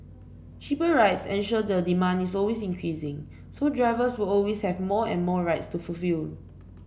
cheaper rides ensure the demand is always increasing so drivers will always have more and more rides to fulfil